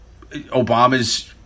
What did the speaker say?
Obama's